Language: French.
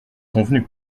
convenu